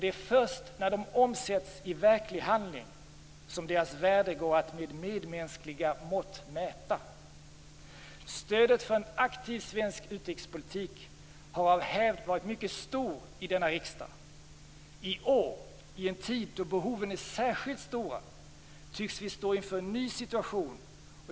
Det är först när de omsätts i verklig handling som det går att mäta deras värde med medmänskliga mått. Stödet för en aktiv svensk utrikespolitik har av hävd varit mycket stort i denna riksdag. I år, i en tid då behoven är särskilt stora, tycks vi stå inför en ny situation.